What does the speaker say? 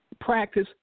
practice